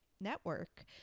network